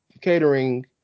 catering